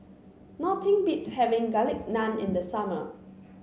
nothing beats having Garlic Naan in the summer